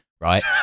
right